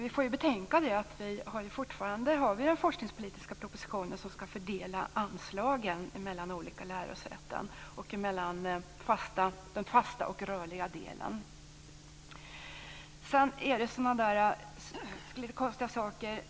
Vi får ju betänka att vi fortfarande har den forskningspolitiska propositionen som ska fördela anslagen mellan olika lärosäten och mellan den fasta och den rörliga delen.